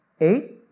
Eight